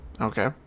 Okay